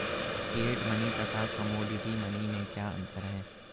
Fiat money तथा commodity money में क्या अंतर है?